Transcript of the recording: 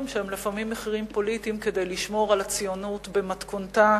שהם לפעמים מחירים פוליטיים כדי לשמור על הציונות במתכונתה